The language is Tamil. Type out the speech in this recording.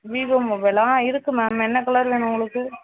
விவோ மொபைலா ஆ இருக்குது மேம் என்ன கலர் வேணும் உங்களுக்கு